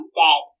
dead